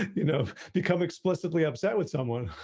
you know, become explicitly upset with someone.